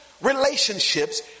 relationships